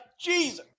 Jesus